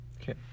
Okay